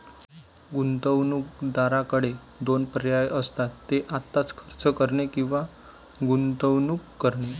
गुंतवणूकदाराकडे दोन पर्याय असतात, ते आत्ताच खर्च करणे किंवा गुंतवणूक करणे